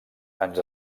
ens